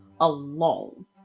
alone